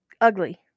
ugly